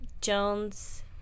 Jones